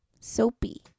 Soapy